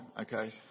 okay